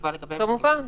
כמובן.